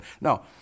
no